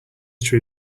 true